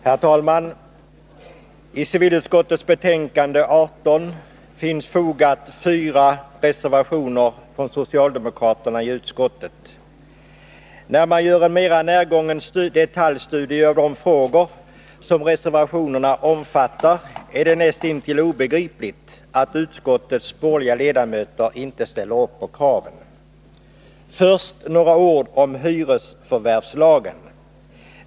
Herr talman! Till civilutskottets betänkande 18 finns fogat fyra reservationer från socialdemokraterna i utskottet. Om man gör en mera närgången detaljstudie av de frågor som reservationerna omfattar, finner man att det är näst intill obegripligt att utskottets borgerliga ledamöter inte ställer upp på kraven. Först några ord om hyresförvärvslagen.